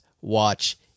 watch